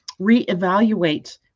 reevaluate